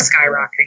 skyrocketing